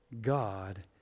God